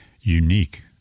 unique